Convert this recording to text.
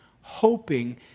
hoping